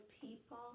people